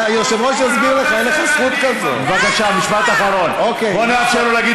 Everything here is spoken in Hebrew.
יושב-ראש הישיבה רוצה לתת לי משפט אחרון ואתה לא מאפשר זאת.